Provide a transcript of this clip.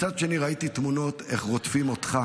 מצד שני ראיתי בתמונות איך רודפים אותך